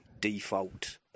default